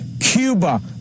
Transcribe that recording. Cuba